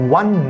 one